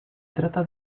trata